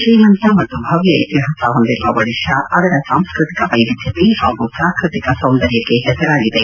ಶ್ರೀಮಂತ ಮತ್ತು ಭವ್ದ ಇತಿಹಾಸ ಹೊಂದಿರುವ ಒಡಿತಾ ಅದರ ಸಾಂಸ್ಟತಿಕ ವೈವಿಧ್ವತೆ ಹಾಗೂ ಪ್ರಾಕೃತಿಕ ಸೌಂದರ್ಯಕ್ಕೆ ಹೆಸರಾಗಿದೆ